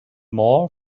more